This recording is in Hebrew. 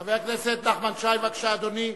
חבר הכנסת נחמן שי, בבקשה, אדוני.